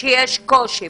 שיש קושי.